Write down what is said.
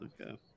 Okay